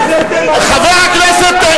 חברי הכנסת.